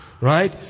right